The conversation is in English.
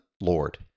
Lord